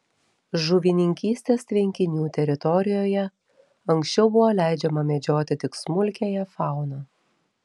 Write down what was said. žuvininkystės tvenkinių teritorijoje anksčiau buvo leidžiama medžioti tik smulkiąją fauną